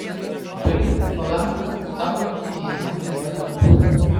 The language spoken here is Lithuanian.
žudikų falangą saugančią įėjimą į barakus